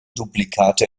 duplikate